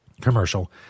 commercial